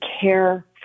care